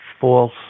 false